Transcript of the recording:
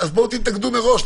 אז בואו תתנגדו מראש,